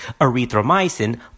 erythromycin